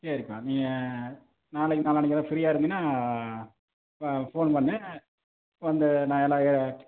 சரிப்பா நீங்கள் நாளைக்கு நாளான்னிக்கு எதாவது ஃப்ரீயாக இருந்தீங்கனால் ஃபோன் பண்ணுங்க வந்து எல்லா ஏற்